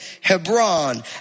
Hebron